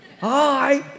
Hi